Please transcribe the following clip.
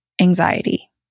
anxiety